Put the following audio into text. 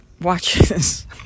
watches